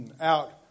out